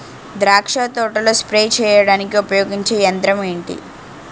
ద్రాక్ష తోటలో స్ప్రే చేయడానికి ఉపయోగించే యంత్రం ఎంటి?